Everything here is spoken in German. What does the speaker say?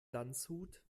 landshut